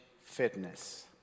fitness